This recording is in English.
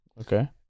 Okay